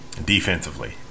defensively